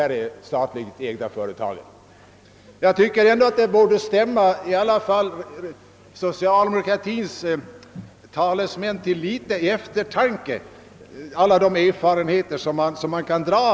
Jag tycker att alla de erfarenheter som man kan dra av detta borde stämma socialdemokratins talesmän till litet eftertanke.